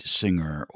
singer